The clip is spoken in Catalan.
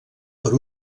per